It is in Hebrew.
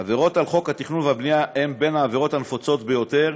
עבירות על חוק התכנון והבנייה הן בין העבירות הנפוצות ביותר,